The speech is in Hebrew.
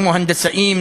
כמו הנדסאים,